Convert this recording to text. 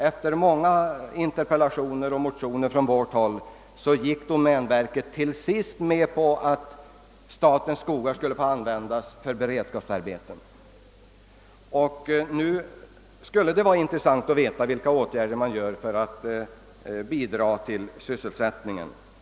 Efter många interpellationer och motioner från vårt håll gick domänverket till sist med på att statens skogar skulle få användas för beredskapsarbeten. Det skulle vara intressant att få veta vilka åtgärder som nu vidtas för att upprätthålla sysselsättningen i statens skogar.